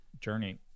journey